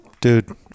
Dude